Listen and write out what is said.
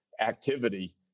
activity